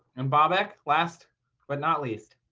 and babeck. last but not least.